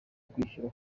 kwishyura